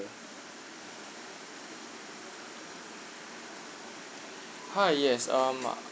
hi yes um